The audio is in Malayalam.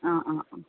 ആ ആ ആ